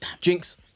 Jinx